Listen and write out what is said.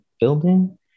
building